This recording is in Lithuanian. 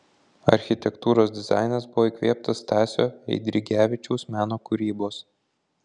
architektūros dizainas buvo įkvėptas stasio eidrigevičiaus meno kūrybos